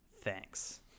Thanks